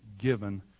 given